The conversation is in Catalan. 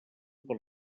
per